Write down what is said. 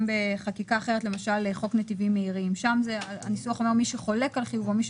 בחוק נתיבים מהירים למשל הניסוח היה: "מי שחולק על חיובו או מי